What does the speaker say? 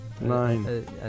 nine